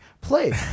play